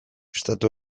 estatu